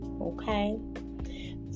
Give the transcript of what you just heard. okay